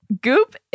Goop